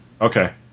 Okay